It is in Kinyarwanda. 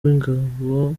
w’ingabo